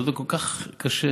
ועבדו כל כך קשה,